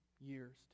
years